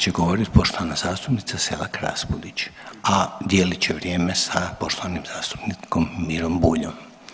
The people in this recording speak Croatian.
će govoriti poštovana zastupnica Selak Raspudić, a dijelit će vrijeme sa poštovanim zastupnikom Mirom Buljom.